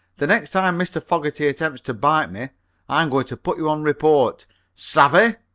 the next time mr. fogerty attempts to bite me i'm going to put you on report savez?